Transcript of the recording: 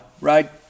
right